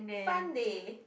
Sunday